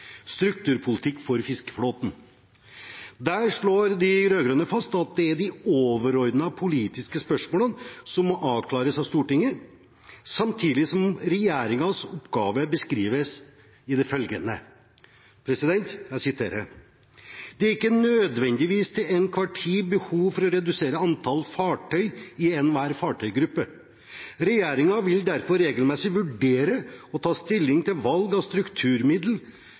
Strukturpolitikk for fiskeflåten. Der slår de rød-grønne fast at det er de overordnede, politiske spørsmålene som må avklares av Stortinget, samtidig som regjeringens oppgave beskrives i det følgende: «Det er ikke nødvendigvis til enhver tid behov for å redusere antall fartøy i enhver fartøygruppe. Regjeringen vil derfor regelmessig vurdere og ta stilling til valg av